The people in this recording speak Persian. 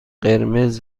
قرمز